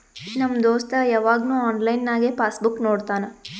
ನಮ್ ದೋಸ್ತ ಯವಾಗ್ನು ಆನ್ಲೈನ್ನಾಗೆ ಪಾಸ್ ಬುಕ್ ನೋಡ್ತಾನ